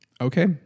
Okay